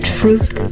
truth